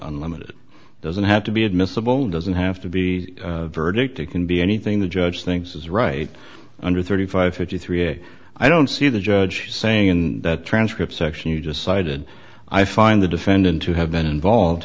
unlimited it doesn't have to be admissible doesn't have to be a verdict it can be anything the judge thinks is right under thirty five fifty three and i don't see the judge saying in that transcript section you just cited i find the defendant to have been involved